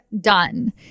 Done